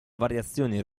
variazioni